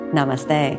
Namaste